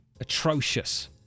atrocious